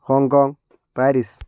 Hong Kong Paris